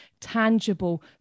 tangible